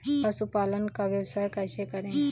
पशुपालन का व्यवसाय कैसे करें?